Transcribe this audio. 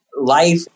life